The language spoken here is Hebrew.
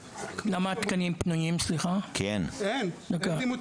גם בסיעוד היו תכניות להסבה, מה שהציל את מערכת